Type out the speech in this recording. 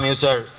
yeah sir,